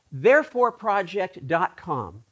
thereforeproject.com